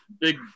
big